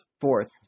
Fourth